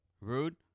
Rude